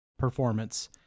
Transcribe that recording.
performance